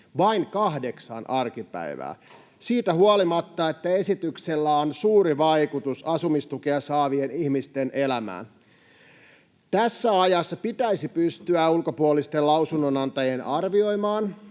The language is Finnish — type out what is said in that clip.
vain kahdeksaan arkipäivää, siitä huolimatta, että esityksellä on suuri vaikutus asumistukea saavien ihmisten elämään. Tässä ajassa pitäisi pystyä ulkopuolisten lausunnonantajien arvioimaan,